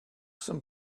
some